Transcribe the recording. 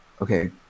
Okay